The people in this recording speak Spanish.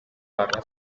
barra